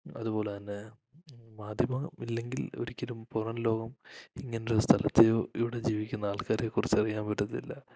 അതുപോലെ തന്നെ മാധ്യമം ഇല്ലെങ്കിൽ ഒരിക്കലും പുറം ലോകം ഇങ്ങനൊരു സ്ഥലത്ത് ഇവിടെ ജീവിക്കുന്ന ആൾക്കാരെക്കുറിച്ചറിയാൻ പറ്റത്തില്ല